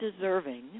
deserving